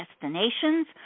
destinations